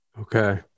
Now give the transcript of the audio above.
okay